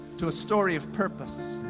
to a story of purpose.